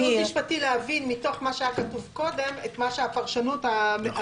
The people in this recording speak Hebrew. משפטי להבין מתוך מה שהיה כתוב קודם את הפרשנות שנאמרה.